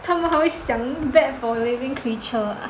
!huh! 他们还会想 bad for living creature